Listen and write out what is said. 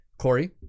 Corey